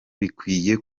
bikwiye